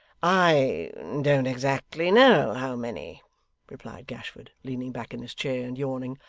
i don't exactly know how many replied gashford, leaning back in his chair and yawning